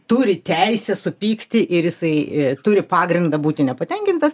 turi teisę supykti ir jisai turi pagrindą būti nepatenkintas